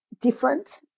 different